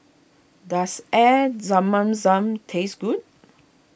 does air Zam man Zam taste good